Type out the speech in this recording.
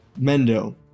Mendo